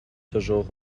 toujours